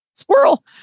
squirrel